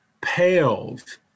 pales